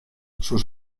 sus